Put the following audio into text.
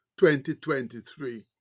2023